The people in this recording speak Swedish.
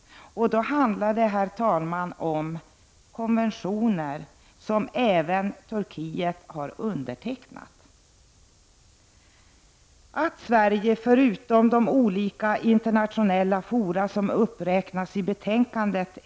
Då handlar det. herr talman, om konventioner som även Turkiet har undertecknat. Att Sverige, förutom i de olika internationella fora som uppräknats i betänkandet.